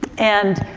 and,